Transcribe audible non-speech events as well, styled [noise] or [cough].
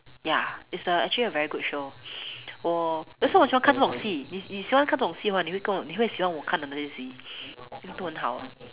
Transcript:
ya it's a actually a very good show [breath] 我 that's why 我喜欢看这种戏你你喜欢看这种戏吗你会跟我你会喜欢我看的那些集 [breath] 都很好